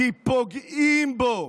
כי פוגעים בו,